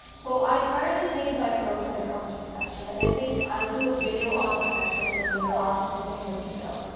so i've started to change my approach when it comes to perfection, and i think i'll do a video on perfection later on. something more detailed.